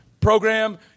program